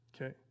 Okay